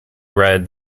read